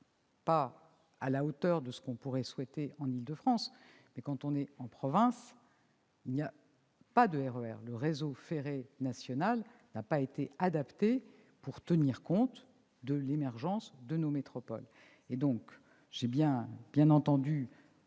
pas à la hauteur de ce qu'on pourrait souhaiter en Île-de-France, mais, en province, il n'y a pas de RER du tout : le réseau ferré national n'a pas été adapté pour tenir compte de l'émergence de nos métropoles. J'ai bien entendu